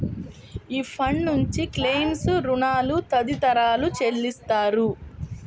ఈ ఫండ్ నుంచి క్లెయిమ్లు, రుణాలు తదితరాలు చెల్లిస్తారు